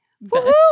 woo